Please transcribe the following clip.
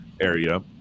area